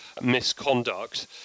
misconduct